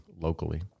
locally